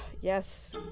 Yes